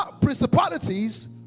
principalities